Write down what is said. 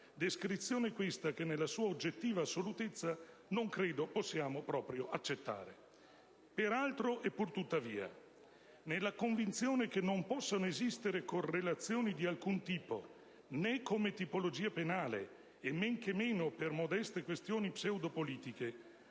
Descrizione questa che nella sua oggettiva assolutezza non credo possiamo proprio accettare. Peraltro e purtuttavia, nella convinzione che non possano esistere correlazioni di alcun tipo, né come tipologie penali e men che meno per modeste questioni pseudo-politiche